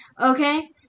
Okay